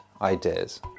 ideas